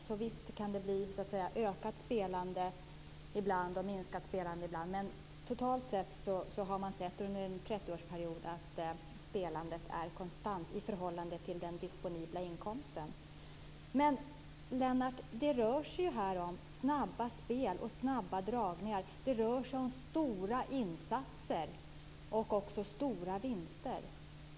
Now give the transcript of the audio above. Så visst kan det bli ökat spelande ibland och minskat spelande ibland, men totalt har man under en 30-årsperiod sett att spelandet är konstant i förhållande till den disponibla inkomsten. Men det rör sig här om snabba spel och snabba dragningar. Det rör sig om stora insatser och också stora vinster.